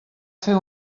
fer